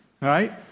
right